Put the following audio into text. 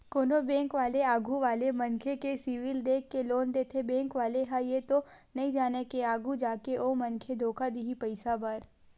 कोनो बेंक वाले आघू वाले मनखे के सिविल देख के लोन देथे बेंक वाले ह ये तो नइ जानय के आघु जाके ओ मनखे धोखा दिही पइसा बर